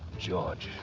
george.